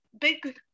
big